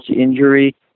injury